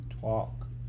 talk